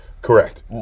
Correct